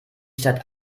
stadt